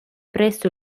presso